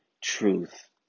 truth